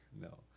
No